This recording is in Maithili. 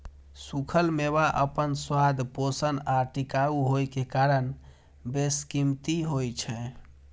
खूखल मेवा अपन स्वाद, पोषण आ टिकाउ होइ के कारण बेशकीमती होइ छै